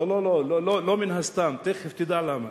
לא, לא מן הסתם, ותיכף תדע למה.